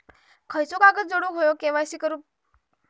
खयचो कागद जोडुक होयो के.वाय.सी करूक?